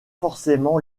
forcément